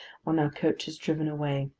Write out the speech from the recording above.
when our coach has driven away.